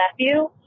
nephew